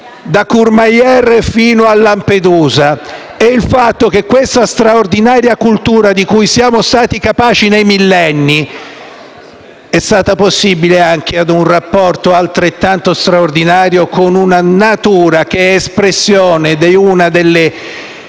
da Courmayeur fino a Lampedusa, è il fatto che la straordinaria cultura di cui siamo stati capaci nei millenni è stata possibile anche grazie a un rapporto altrettanto straordinario con una natura che è espressione di una delle